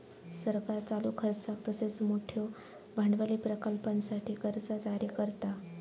सरकार चालू खर्चाक तसेच मोठयो भांडवली प्रकल्पांसाठी कर्जा जारी करता